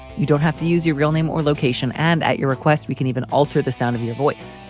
you don't have to use your real name or location, and at your request we can even alter the sound of your voice.